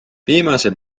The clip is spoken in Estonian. viimase